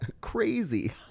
Crazy